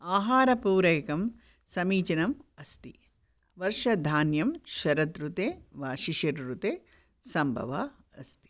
आहारपूर्वकं समीचिनम् अस्ति वर्षधान्यं शरदृते वा शिशिर ऋते सम्भवा अस्ति